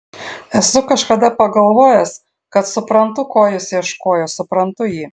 esu kažkada pagalvojęs kad suprantu ko jis ieškojo suprantu jį